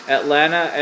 Atlanta